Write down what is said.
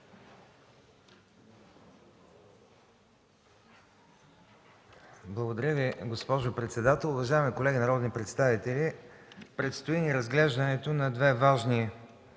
Благодаря Ви, госпожо председател. Уважаеми колеги народни представители, предстои ни разглеждането на две важни